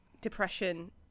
depression